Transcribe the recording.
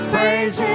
Praise